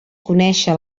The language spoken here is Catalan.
conèixer